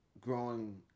growing